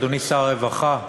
אדוני שר הרווחה,